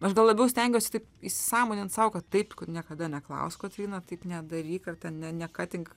aš gal labiau stengiuosi taip įsisąmonint sau kad taip niekada neklausk kotryna taip nedaryk ar ten ne nekatink